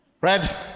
Red